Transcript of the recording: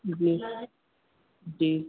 जी जी